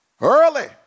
early